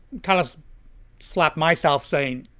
kind of slapped myself saying,